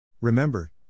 Remember